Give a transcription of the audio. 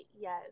yes